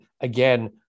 again